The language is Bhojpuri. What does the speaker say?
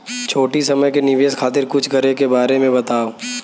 छोटी समय के निवेश खातिर कुछ करे के बारे मे बताव?